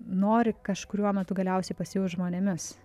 nori kažkuriuo metu galiausiai pasijus žmonėmis